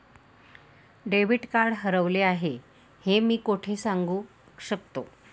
Debit card हरवले आहे हे मी कोठे सांगू शकतो?